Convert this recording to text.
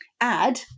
add